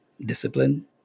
discipline